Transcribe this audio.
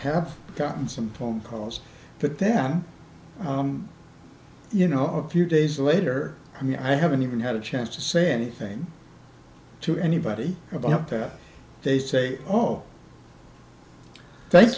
have gotten some form calls but then you know a few days later i mean i haven't even had a chance to say anything to anybody about that they say oh thank